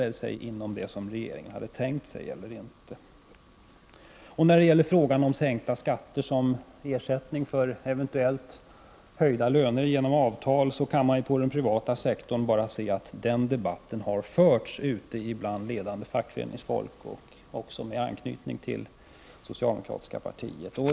Höll sig löneutvecklingen inom de ramar som regeringen tänkt sig? Debatten om en skattesänkning som ersättning för eventuella lönehöjningar genom avtal har förts på den privata sektorn ute bland fackföreningsfolk i ledande ställning också med anknytning till socialdemokratiska partiet.